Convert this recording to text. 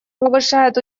повышает